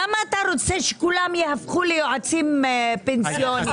למה אתה רוצה שכולם יהפכו ליועצים פנסיוניים?